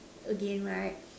again right